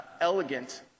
elegant